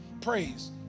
Praise